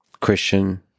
christian